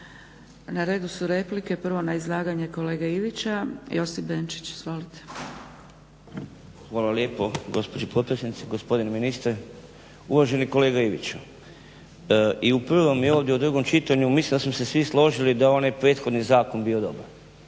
Na redu su replike. Prvo na izlaganje gospodina Ivića, Josip Benčić, izvolite. **Benčić, Josip (SDP)** Hvala lijepo gospođo potpredsjednice, gospodine ministre, uvaženi kolega Ivić i u prvom i ovdje u drugom čitanju mislim da smo se svi složili da je onaj prethodni zakon bio dobar